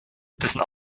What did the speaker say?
dessen